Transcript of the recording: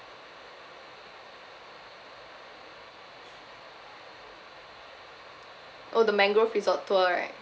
oh the mangrove resort tour right